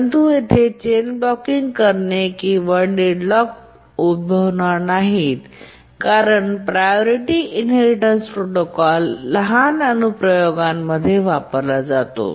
परंतु येथे chain blocking करणे आणि डेडलॉक उद्भवणार नाहीत कारण प्रायोरिटी इनहेरिटेन्स प्रोटोकॉल लहान अनुप्रयोगांसाठी वापरला जातो